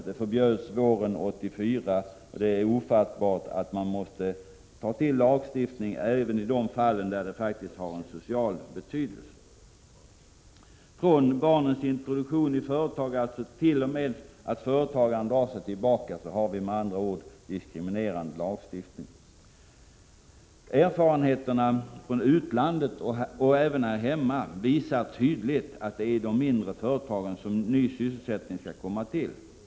Det förbjöds våren 1984, och det är ofattbart att man måste ta till lagstiftning även i de fall där det faktiskt har en social betydelse. Från barnens introduktion i företaget t.o.m. att företagaren drar sig tillbaka har vi med andra ord diskriminerande lagstiftning. Erfarenheter från utlandet och även här hemma visar tydligt att det är i de mindre företagen som ny sysselsättning skall komma till.